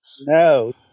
No